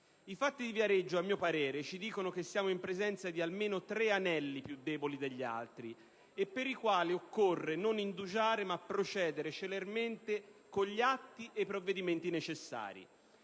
I fatti di Viareggio - a mio parere - ci dicono che siamo in presenza di almeno tre anelli più deboli degli altri, per i quali occorre non indugiare ma procedere celermente con gli atti e i provvedimenti necessari.